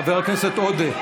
חבר הכנסת עודה,